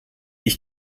ich